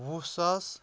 وُہ ساس